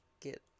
get